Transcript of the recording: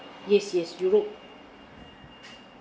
yes yes europe